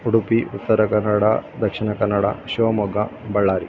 Udupi Uttara Kannada Dakshina Kannada Shivamogga Ballari